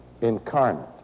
incarnate